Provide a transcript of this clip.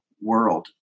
world